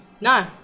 No